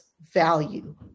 value